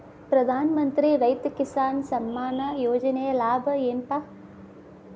ಪ್ರಧಾನಮಂತ್ರಿ ರೈತ ಕಿಸಾನ್ ಸಮ್ಮಾನ ಯೋಜನೆಯ ಲಾಭ ಏನಪಾ?